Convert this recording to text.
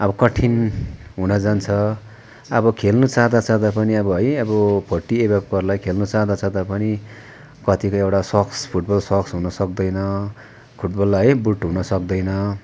अब कठिन हुन जान्छ अब खेल्नु चाहँदा चाहँदा पनि अब है अब फोर्टी एबभकोहरूलाई खेल्नु चाहँदा चाहँदा पनि कतिको एउटा सक्स फुटबल सक्स हुन सक्दैन फुटबललाई है बुट हुन सक्दैन